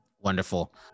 Wonderful